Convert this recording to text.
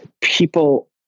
people